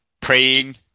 praying